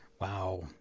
Wow